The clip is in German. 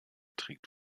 trägt